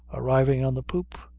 arriving on the poop,